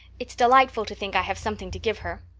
it's delightful to think i have something to give her.